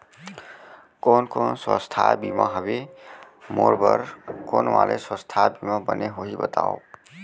कोन कोन स्वास्थ्य बीमा हवे, मोर बर कोन वाले स्वास्थ बीमा बने होही बताव?